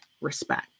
respect